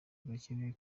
rurakenewe